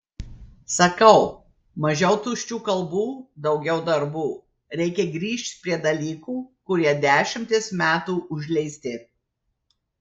sakau mažiau tuščių kalbų daugiau darbų reikia grįžt prie dalykų kurie dešimtis metų užleisti